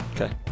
Okay